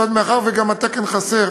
מאחר שגם התקן חסר,